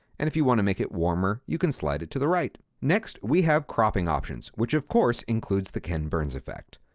and if you want to make it warmer, you can slide it to the right next, we have cropping options, which of course includes the ken burns effect.